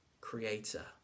creator